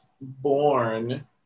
born